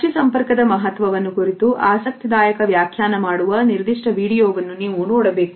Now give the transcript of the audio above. ಪಕ್ಷಿ ಸಂಪರ್ಕದ ಮಹತ್ವವನ್ನು ಕುರಿತು ಆಸಕ್ತಿದಾಯಕ ವ್ಯಾಖ್ಯಾನ ಮಾಡುವ ನಿರ್ದಿಷ್ಟ ವಿಡಿಯೋವನ್ನು ನೀವು ನೋಡಬೇಕು